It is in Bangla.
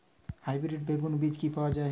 হাইব্রিড বেগুন বীজ কি পাওয়া য়ায়?